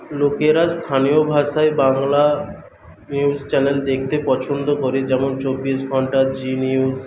লোকেরা স্থানীয় ভাষায় বাংলা নিউজ চ্যানেল দেখতে পছন্দ করে যেমন চব্বিশ ঘন্টা জি নিউজ